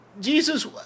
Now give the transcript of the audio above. Jesus